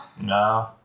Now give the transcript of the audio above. No